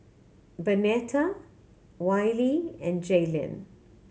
Bernetta Wiley and Jailyn